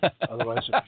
Otherwise